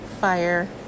fire